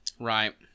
Right